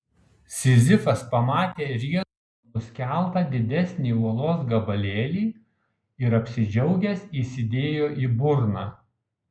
sizifas pamatė riedulio nuskeltą didesnį uolos gabalėlį ir apsidžiaugęs įsidėjo į burną